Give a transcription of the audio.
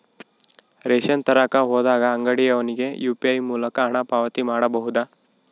Ration ತರಕ ಹೋದಾಗ ಅಂಗಡಿಯವನಿಗೆ ಯು.ಪಿ.ಐ ಮೂಲಕ ಹಣ ಪಾವತಿ ಮಾಡಬಹುದಾ?